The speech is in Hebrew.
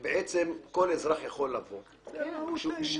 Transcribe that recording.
וכל אזרח יכול לבוא ------ אדוני.